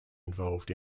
involved